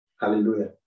Hallelujah